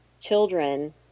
children